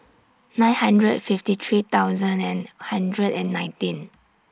nine hundred fifty three thousand and hundred and nineteen